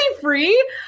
free